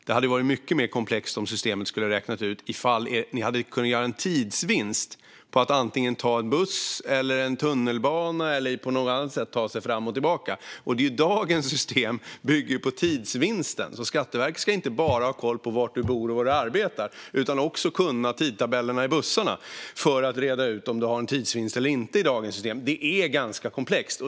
Det hade varit mycket mer komplext om systemet hade räknat ut ifall ni hade kunnat göra en tidsvinst på att ta en buss, en tunnelbana eller på något annat sätt ta er fram och tillbaka. Dagens system bygger på tidsvinsten. Skatteverket ska inte bara ha koll på var du bor och var du arbetar. Det ska också kunna tidtabellen i bussarna för att reda ut om du har en tidsvinst eller inte i dagens system. Det är ganska komplext.